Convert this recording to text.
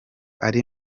ari